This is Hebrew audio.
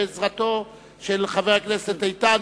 בעזרתו של חבר הכנסת איתן,